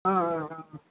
ஆ ஆ ஆ ஆ